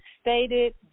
stated